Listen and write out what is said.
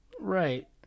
Right